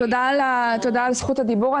תודה על זכות הדיבור.